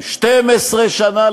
שירות של שנתיים ושמונה חודשים.